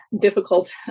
difficult